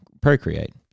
procreate